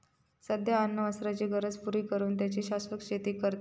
सध्या अन्न वस्त्राचे गरज पुरी करू साठी शाश्वत शेती करतत